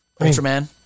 Ultraman